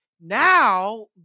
Now